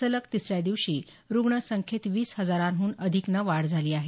सलग तिसऱ्या दिवशी रुग्ण संख्येत वीस हजारांहन अधिकनं वाढ झाली आहे